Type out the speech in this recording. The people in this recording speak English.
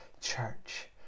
Church